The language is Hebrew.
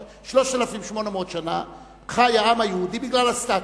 3,800 שנה חי העם היהודי בגלל הסטטוס.